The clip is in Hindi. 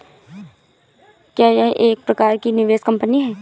क्या यह एक प्रकार की निवेश कंपनी है?